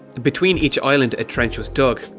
between each island a trench was dug.